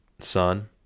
son